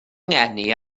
ngeni